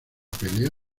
pelea